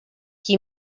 qui